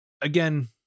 again